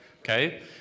Okay